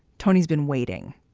tony's been waiting.